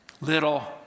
Little